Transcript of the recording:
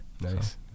Nice